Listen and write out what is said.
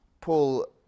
Paul